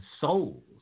souls